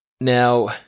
Now